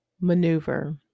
maneuver